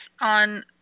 on